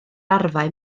arfau